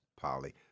Polly